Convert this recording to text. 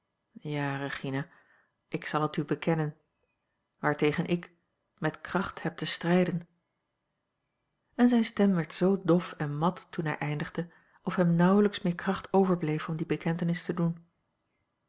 ja regina ik zal het u bekennen waartegen ik met kracht hebt te strijden en zijne stem werd zoo dof en mat toen hij eindigde of hem nauwelijks meer kracht overbleef om die bekentenis te doen